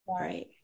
right